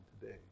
today